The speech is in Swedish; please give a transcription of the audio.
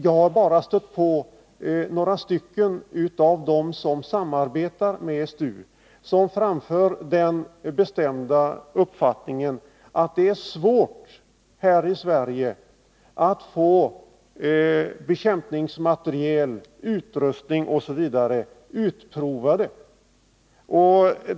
Jag har bara stött på några av dem som samarbetar med STU, och de framför den bestämda uppfattningen att det är svårt här i Sverige att få bekämpningsmateriel, utrustning osv. utprovade.